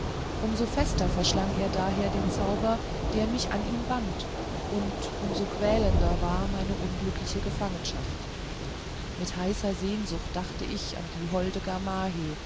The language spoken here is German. so fester verschlang er daher den zauber der mich an ihn bannte und um so quälender war meine unglückliche gefangenschaft mit heißer sehnsucht dachte ich an die holde